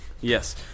Yes